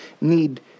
need